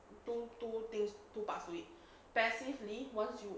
two two things two parts away passively once you